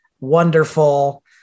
wonderful